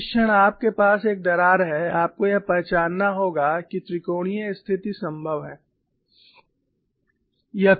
तो जिस क्षण आपके पास एक दरार है आपको यह पहचानना होगा कि त्रिकोणीय स्थिति संभव है